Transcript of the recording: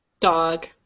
Dog